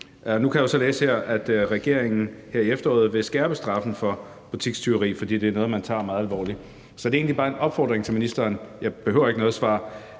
Nu kan jeg så læse her, at regeringen her i efteråret vil skærpe straffen for butikstyveri, fordi det er noget, man tager meget alvorligt. Så det er egentlig bare en opfordring til ministeren – jeg behøver ikke noget svar